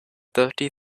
thirty